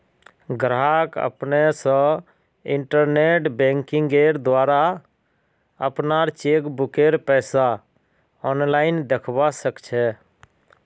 गाहक अपने स इंटरनेट बैंकिंगेंर द्वारा अपनार चेकबुकेर पैसा आनलाईन दखवा सखछे